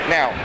Now